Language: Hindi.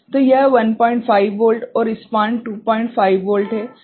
तो यह 15 वोल्ट और स्पान 25 वोल्ट है